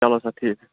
چلو سَر ٹھیٖک چھُ